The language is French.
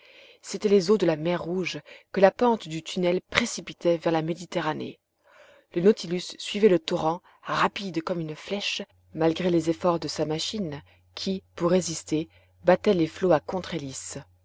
c'étaient les eaux de la mer rouge que la pente du tunnel précipitait vers la méditerranée le nautilus suivait le torrent rapide comme une flèche malgré les efforts de sa machine qui pour résister battait les flots à